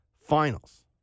finals